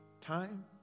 time